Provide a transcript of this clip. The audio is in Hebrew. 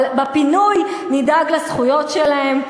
אבל בפינוי נדאג לזכויות שלהם,